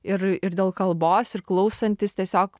ir ir dėl kalbos ir klausantis tiesiog